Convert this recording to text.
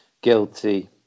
guilty